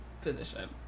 physician